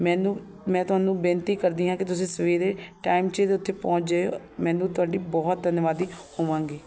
ਮੈਨੂੰ ਮੈਂ ਤੁਹਾਨੂੰ ਬੇਨਤੀ ਕਰਦੀ ਹਾਂ ਕਿ ਤੁਸੀਂ ਸਵੇਰੇ ਟਾਈਮ 'ਚ ਇਹਦੇ ਉੱਥੇ ਪਹੁੰਚ ਜਿਓ ਮੈਨੂੰ ਤੁਹਾਡੀ ਬਹੁਤ ਧੰਨਵਾਦੀ ਹੋਵਾਂਗੀ